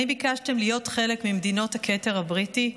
האם ביקשתם להיות חלק ממדינות הכתר הבריטי?